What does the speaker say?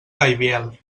gaibiel